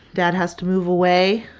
dad has to move away.